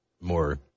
more